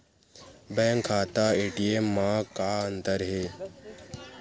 Bank खाता ATM मा का अंतर हे?